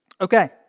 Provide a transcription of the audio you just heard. Okay